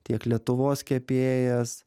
tiek lietuvos kepėjas